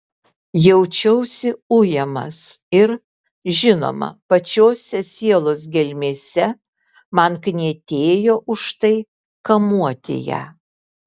jaučiausi ujamas ir žinoma pačiose sielos gelmėse man knietėjo už tai kamuoti ją